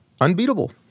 unbeatable